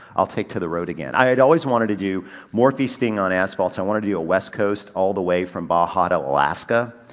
i'll take to the road again. i'd always wanted to do more feasting on asphalt. i wanted to do a west coast all the way from baja to alaska.